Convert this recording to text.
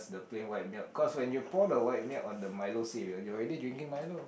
the plain white milk cause when you pour the white milk on the milo cereal you're already drinking milo